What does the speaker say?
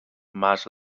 mas